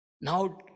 Now